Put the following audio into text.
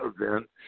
event